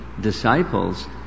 disciples